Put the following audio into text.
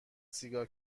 سیگار